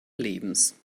lebens